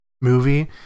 movie